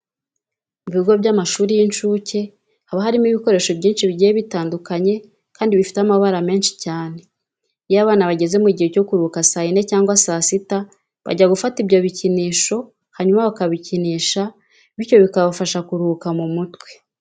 Mu bigo by'amashuri y'inshuke haba harimo ibikinisho byinshi bigiye bitandukanye kandi bifite amabara menshi cyane. Iyo abana bageze mu gihe cyo kuruhuka saa yine cyangwa saa sita bajya gufata ibyo bikinisho hanyuma bakabikinisha biryo bikabafasha kuruhuka mu mutwe.